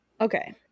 Okay